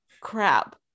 crap